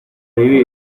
vivir